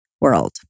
world